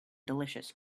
delicious